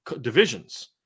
divisions